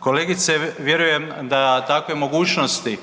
kolegice vjerujem da takve mogućnosti,